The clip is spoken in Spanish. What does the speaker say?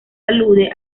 alude